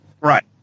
Right